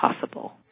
possible